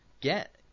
get